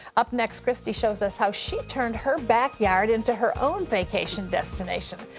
up next, kristi shows us how she turned her backyard into her own vacation destination,